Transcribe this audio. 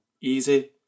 Easy